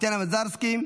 טטיאנה מזרסקי,